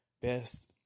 best